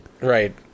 Right